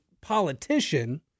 politician